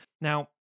Now